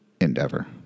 endeavor